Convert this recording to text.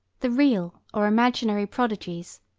the real or imaginary prodigies,